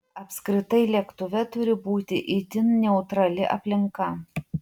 apskritai lėktuve turi būti itin neutrali aplinka